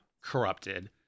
corrupted